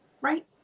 Right